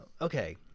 okay